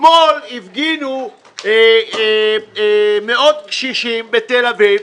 אתמול הפגינו מאות קשישים בתל אביב